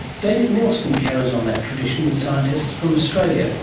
david neilson carries on that tradition with scientists from australia,